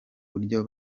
buryo